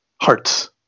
hearts